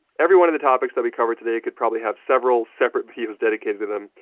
every one of the topics that we covered today could probably have several separate videos dedicated to them,